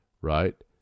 Right